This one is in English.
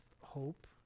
hope